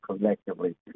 collectively